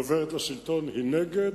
היא עוברת לשלטון, היא נגד,